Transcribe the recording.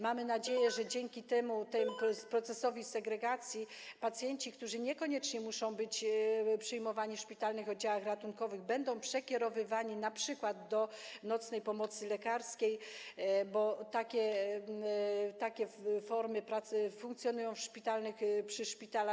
Mamy nadzieję, że dzięki temu procesowi segregacji pacjenci, którzy niekoniecznie muszą być przyjmowani w szpitalnych oddziałach ratunkowych, będą przekierowywani np. do nocnej pomocy lekarskiej, bo takie formy pracy funkcjonują w szpitalach.